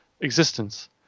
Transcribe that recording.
existence